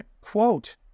Quote